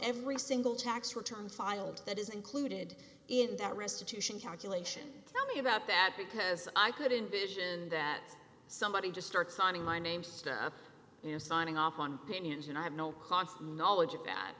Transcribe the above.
every single tax return filed that is included in that restitution calculation tell me about that because i couldn't vision that somebody just start signing my name stuff you know signing off on pinions and i have no cost knowledge of